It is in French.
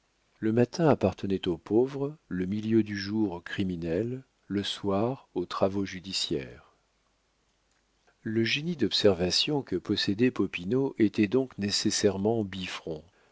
le matin appartenait aux pauvres le milieu du jour aux criminels le soir aux travaux judiciaires le génie d'observation que possédait popinot était donc nécessairement bifrons